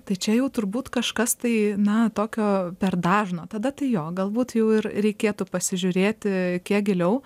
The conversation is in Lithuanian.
tai čia jau turbūt kažkas tai na tokio per dažno tada tai jo galbūt jau ir reikėtų pasižiūrėti kiek giliau